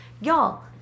Y'all